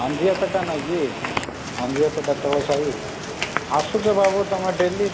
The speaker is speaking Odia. ଆଞ୍ଜିଆପେଟା ନାହିଁ କି ଆଞ୍ଜିଆପେଟା ତଳସାହି ଆସୁଛ ବାବୁ ତମେ ଡେଲି